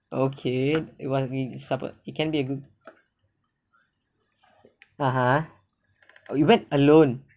okay it can be a good a'ah oh you went alone